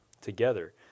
together